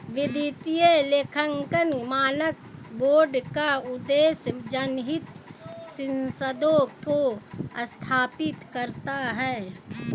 वित्तीय लेखांकन मानक बोर्ड का उद्देश्य जनहित सिद्धांतों को स्थापित करना है